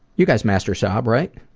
you guys master-sob, right?